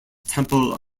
temple